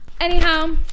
Anyhow